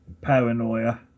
paranoia